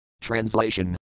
Translation